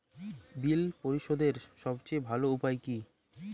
বিল পরিশোধের সবচেয়ে ভালো উপায় কী?